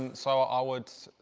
and so, i would.